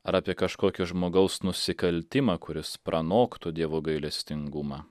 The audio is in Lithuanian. ar apie kažkokį žmogaus nusikaltimą kuris pranoktų dievo gailestingumą